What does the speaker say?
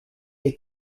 les